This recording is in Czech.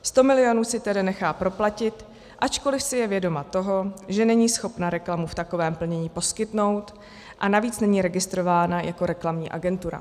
Sto milionů si tedy nechá proplatit, ačkoliv si je vědoma toho, že není schopna reklamu v takovém plnění poskytnout, a navíc není registrována jako reklamní agentura.